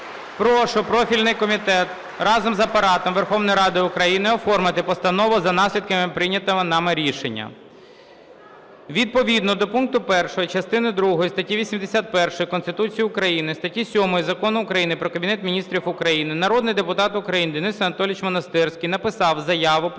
Прошу профільний комітет разом з Апаратом Верховної Ради України оформити постанову за наслідками прийнятого нами рішення. Відповідно до пункту 1 частини другої статті 81 Конституції України, статті 7 Закону України "Про Кабінету Міністрів України" народний депутат України Денис Анатолійович Монастирський написав заяву про